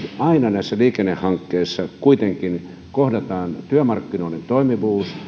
näissä liikennehankkeissa aina kuitenkin kohdataan työmarkkinoiden toimivuus